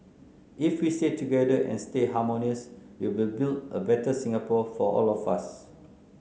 if we stay together and stay harmonious we will build a better Singapore for all of us